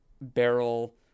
barrel